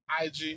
IG